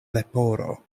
leporo